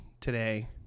today